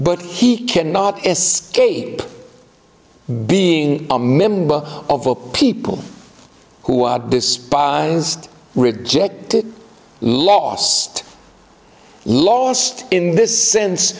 but he cannot escape being a member of a people who are despised rejected lost lost in this sense